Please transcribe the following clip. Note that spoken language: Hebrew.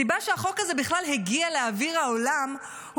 הסיבה שהחוק הזה בכלל הגיע לאוויר העולם היא